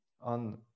on